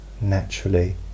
naturally